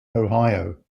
ohio